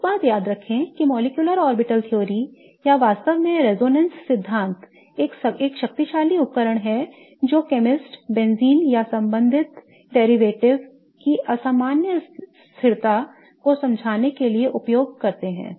एक बात याद रखें कि molecular orbital theory या वास्तव में रेजोनेंस सिद्धांत एक शक्तिशाली उपकरण है जो केमिस्ट बेंजीन या संबंधित डेरिवेटिव की असामान्य स्थिरता को समझने के लिए उपयोग करते हैं